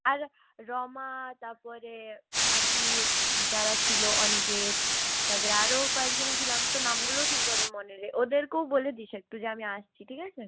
আর রমা তার পরে বাকি যারা ছিল অনিকেত তার পরে আরও কয়েকজনও ছিল আমি তো নামগুলোও ঠিক ভাবে মনে নেই ওদেরকেও বলে দিস একটু আমি আসছি ঠিক আছে